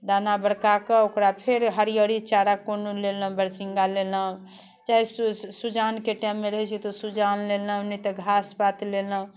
दाना बरकाके ओकरा फेर हरिअरी चारा कोनो लेलहुँ बरसिङ्गा लेलहुँ चाहे सु सु सुजानके टाइम रहै छै तऽ सुजान लेलहुँ नहि तऽ घास पात लेलहुँ